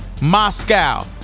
Moscow